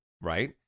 right